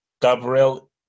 Gabriel